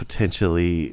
Potentially